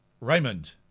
Raymond